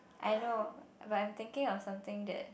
I know but I'm thinking of something that